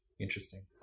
interesting